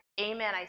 Amen